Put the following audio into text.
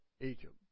Egypt